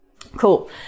Cool